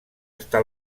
està